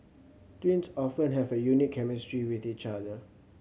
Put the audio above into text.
twins often have a unique chemistry with each other